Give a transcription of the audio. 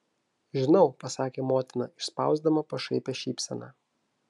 žinau pasakė motina išspausdama pašaipią šypseną